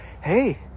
hey